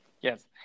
yes